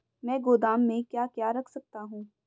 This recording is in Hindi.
मैं गोदाम में क्या क्या रख सकता हूँ?